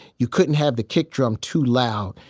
you couldn't have the kick drum too loud,